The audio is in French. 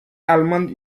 allemande